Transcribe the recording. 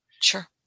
sure